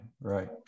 Right